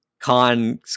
cons